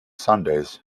sundays